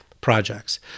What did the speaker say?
projects